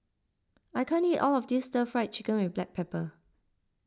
I can't eat all of this Stir Fried Chicken with Black Pepper